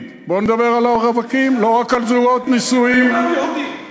כל זוג נשוי זכאי לקבל בחינם,